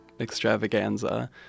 extravaganza